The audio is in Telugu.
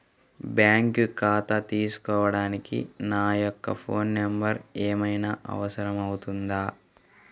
బ్యాంకు ఖాతా తీసుకోవడానికి నా యొక్క ఫోన్ నెంబర్ ఏమైనా అవసరం అవుతుందా?